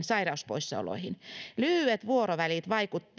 sairauspoissaoloihin lyhyet vuorovälit